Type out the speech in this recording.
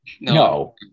No